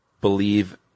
believe